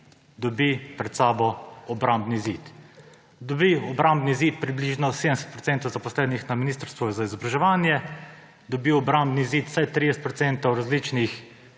dobi pred sabo obrambni zid. Dobi obrambni zid približno 7 % zaposlenih na ministrstvu za izobraževanje, dobi obrambni zid vsaj 30 % različnih